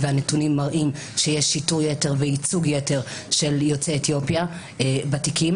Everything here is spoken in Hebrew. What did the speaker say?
והנתונים מראים שיש שיטור יתר וייצוג יתר של יוצאי אתיופיה בתיקים.